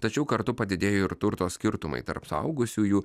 tačiau kartu padidėjo ir turto skirtumai tarp suaugusiųjų